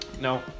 No